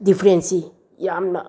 ꯗꯤꯐꯔꯦꯟꯁꯁꯤ ꯌꯥꯝꯅ